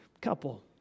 couple